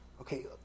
Okay